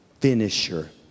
finisher